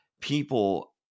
people